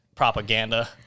Propaganda